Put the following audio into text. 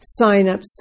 signups